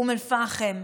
אום אל-פחם,